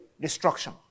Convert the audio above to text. destruction